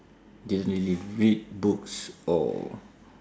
didn't really read books or